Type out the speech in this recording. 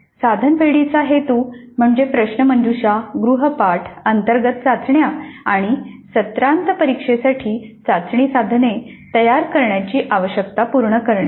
साधन पेढीेचा हेतू म्हणजे प्रश्नमंजुषा गृहपाठ अंतर्गत चाचण्या आणि सत्रांत परिक्षेसाठी चाचणी साधने तयार करण्याची आवश्यकता पूर्ण करणे